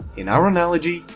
in our analogy,